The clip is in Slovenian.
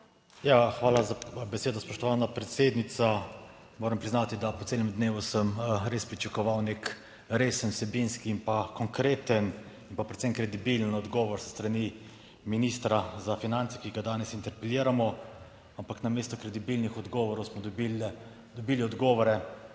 hvala za besedo, spoštovana predsednica! Moram priznati, da po celem dnevu sem res pričakoval nek resen vsebinski in pa konkreten in pa predvsem kredibilen odgovor s strani ministra za finance, ki ga danes interpeliramo, ampak namesto kredibilnih odgovorov smo dobili odgovore,